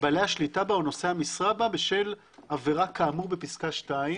בעלי השליטה בה או נושא המשרה בה בשל עבירה כאמור בפסקה (2),